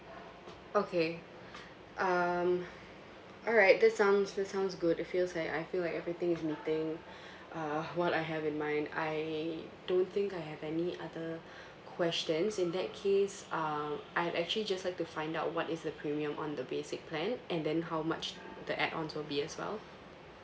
okay um alright this sounds this sounds good it feels like I feel like everything is meeting uh what I have in mind I don't think I have any other questions in that case um I would actually just like to find out what is the premium on the basic plan and then how much the add-ons will be as well